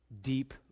Deep